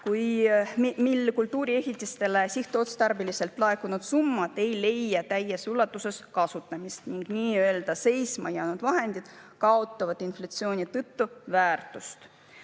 kus kultuuriehitistele sihtotstarbeliselt laekunud summad ei leia täies ulatuses kasutamist ning nii-öelda seisma jäänud vahendid kaotavad inflatsiooni tõttu väärtust.